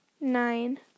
Nine